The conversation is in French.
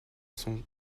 sont